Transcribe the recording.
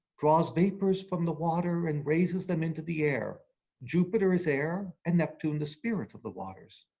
draws vapors from the water and raises them into the air jupiter is air and neptune the spirit of the waters.